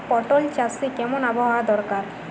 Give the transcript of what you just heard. পটল চাষে কেমন আবহাওয়া দরকার?